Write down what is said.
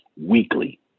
weekly